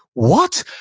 what?